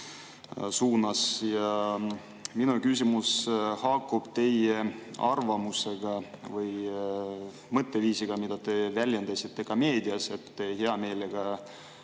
suunas. Minu küsimus haakub teie arvamuse või mõtteviisiga, mida te väljendasite ka meedias, et te hea meelega